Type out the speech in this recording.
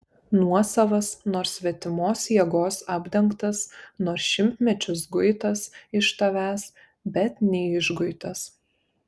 nuosavas nors svetimos jėgos apdengtas nors šimtmečius guitas iš tavęs bet neišguitas